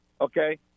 Okay